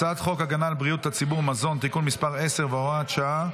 הצעת חוק הגנה על בריאות הציבור (מזון) (תיקון מס' 10 והוראת שעה),